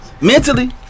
mentally